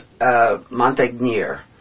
Montagnier